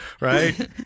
right